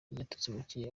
yatutse